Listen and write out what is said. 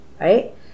right